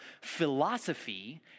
philosophy